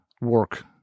work